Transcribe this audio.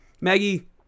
Maggie